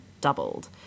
doubled